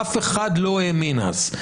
אף אחד לא האמין אז,